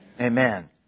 Amen